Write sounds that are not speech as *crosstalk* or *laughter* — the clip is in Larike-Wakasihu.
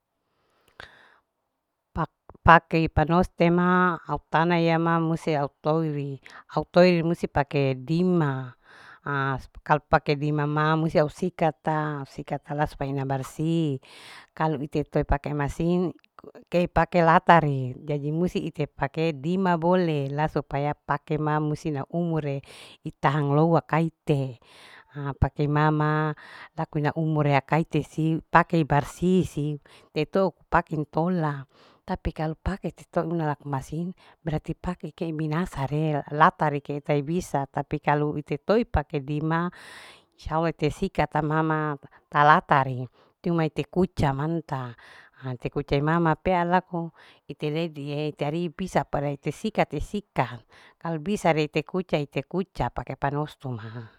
*unintelligible* pake ipanose ma au tana ya ma musti au toiri, au toiri musti pake dima ha kalu pake dima ma musti au sikata au sikata la supaya ina barsi kalu ite toe pake masin *unintelligible* kei pake latar'e jadi musti pake dima bole la supaya pake mam musi na umure itahang low akaite ha pake imama laku ina umur akaite si pake barsi teto p[ake intola tapi kalu pake ite una laku masin berarti pake ke binasa re laper ke tai bisa tapi kalu ite toi pake dima sao tesikat ta mama. talatare cuma te kuca manta ha te kuca imama pea laku ite ledie ite ari pisa parae te sikat'e. tesikat kalu bisa re ite kuca. te kuca pake panoso ma.